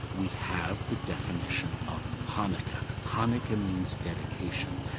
we have the definition of hanukkah. hanukkah means dedication.